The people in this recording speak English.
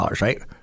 right